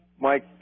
Mike